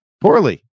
Poorly